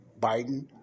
Biden